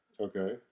okay